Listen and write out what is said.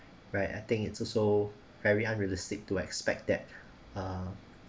right I think it's also very unrealistic to expect that uh